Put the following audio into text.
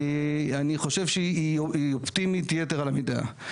אני חושב שהיא אופטימית יתר על המידה.